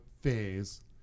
phase